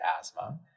asthma